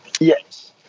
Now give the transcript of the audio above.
Yes